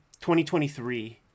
2023